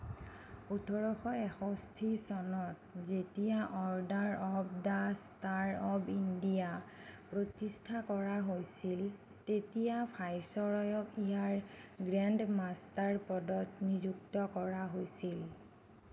ওঠৰশ এষষ্টি চনত যেতিয়া Order of the Star of India প্ৰতিষ্ঠা কৰা হৈছিল তেতিয়া ভাইচৰয়ক ইয়াৰ গ্ৰেণ্ড মাষ্টাৰ পদত নিযুক্ত কৰা হৈছিল